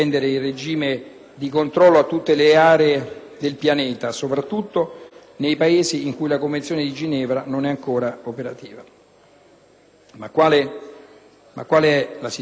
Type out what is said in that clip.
Ma qual è la situazione attuale dell'*iter* di ratifica della Convenzione e degli Accordi operativi?